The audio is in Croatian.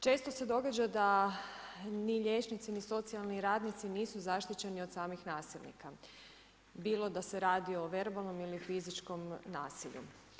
Često se događa da ni liječnici ni socijalni radnici nisu zaštićeni od samih nasilnika, bilo da se radi o verbalnom ili fizičkom nasilju.